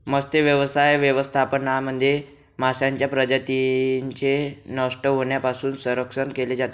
मत्स्यव्यवसाय व्यवस्थापनामध्ये माशांच्या प्रजातींचे नष्ट होण्यापासून संरक्षण केले जाते